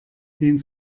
den